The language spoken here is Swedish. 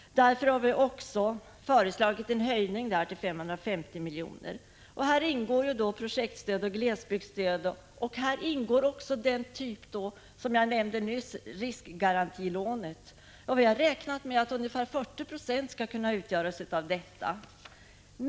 Därför har vi där föreslagit en höjning till 550 miljoner. Här ingår då projektstöd och glesbygdsstöd. Här ingår också den typ av stöd som jag nyss nämnde, riskgarantilån. Vi har räknat med att ungefär 40 92 skall kunna utgöras av detta.